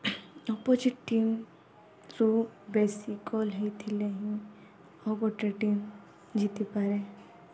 opposite ଟିମ୍ରୁ ବେଶି goal ହେଇଥିଲେ ହିଁ ଆଉ ଗୋଟେ ଟିମ୍ ଜିତିପାରେ